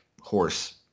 horse